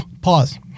Pause